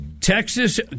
Texas